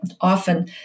often